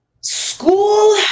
School